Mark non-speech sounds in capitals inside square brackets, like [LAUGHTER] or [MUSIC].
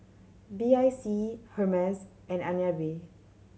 B I C Hermes and [UNINTELLIGIBLE] B